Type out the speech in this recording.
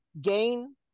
gain